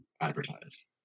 advertise